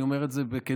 אני אומר את זה בכנות,